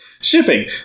Shipping